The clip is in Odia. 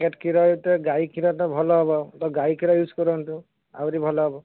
ପ୍ୟାକେଟ୍ କ୍ଷୀର ଗାଈ କ୍ଷୀର ତ ଭଲ ହେବ ତ ଗାଈ କ୍ଷୀର ୟୁଜ୍ କରନ୍ତୁ ଆହୁରି ଭଲ ହେବ